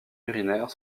urinaire